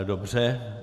Dobře.